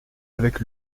avec